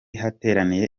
hateraniye